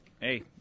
hey